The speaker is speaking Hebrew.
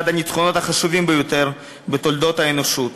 הניצחונות החשובים ביותר בתולדות האנושות,